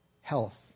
health